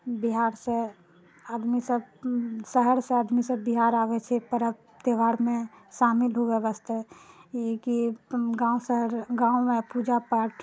बिहारसँ आदमीसब शहरसँ आदमीसब बिहार आबै छै परब त्योहारमे शामिल हुअए वास्ते ई कि गाँव शहर गाँवमे पूजा पाठ